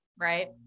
right